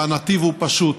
והנתיב הוא פשוט: